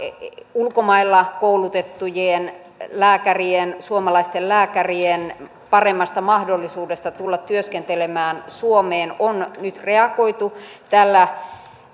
ulkomailla koulutettujen lääkärien suomalaisten lääkärien paremmasta mahdollisuudesta tulla työskentelemään suomeen on nyt reagoitu tällä